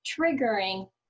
triggering